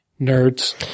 nerds